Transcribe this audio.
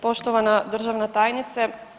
Poštovana državna tajnice.